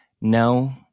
no